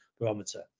barometer